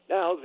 Now